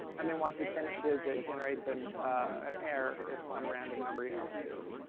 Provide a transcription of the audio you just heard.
and then once it finishes it generates and an error if some random number equals two.